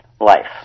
life